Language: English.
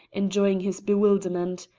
enjoying his bewilderment.